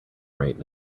right